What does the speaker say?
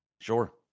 Sure